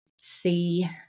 see